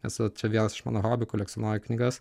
nes va čia vienas iš mano hobių kolekcionuoju knygas